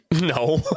No